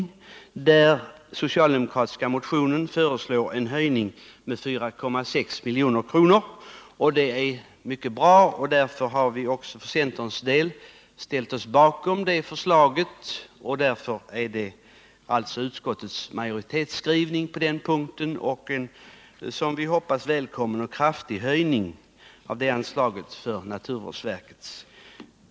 I den socialdemokratiska motionen föreslås en höjning med 4,6 milj.kr., och det är mycket bra. Därför har centern för sin del ställt sig bakom detta förslag, som därigenom på den här punkten blivit utskottets. Vi hoppas att detta är en välkommen kraftig höjning av anslaget till naturvårdsverket.